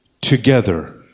together